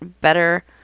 better